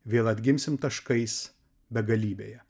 vėl atgimsim taškais begalybėje